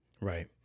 Right